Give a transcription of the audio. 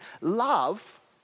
Love